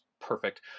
perfect